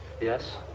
Yes